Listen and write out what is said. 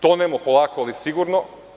Tonemo polako ali sigurno.